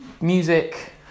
music